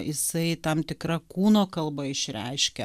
jisai tam tikra kūno kalba išreiškia